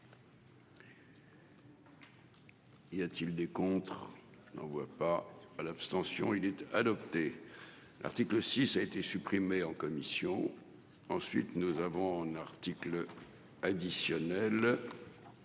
Y a-t-il des contrats. On ne voit pas à l'abstention, il était adopté l'article 6 a été supprimée en commission. Ensuite nous avons un article. Additionnel.